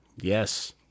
yes